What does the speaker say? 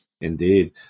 Indeed